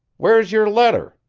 where's yer letter?